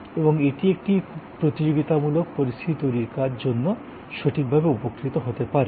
এবং এটি একটি প্রতিযোগিতামূলক পরিস্থিতি তৈরির জন্য সঠিকভাবে উপকৃত হতে পারে